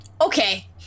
okay